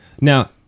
Now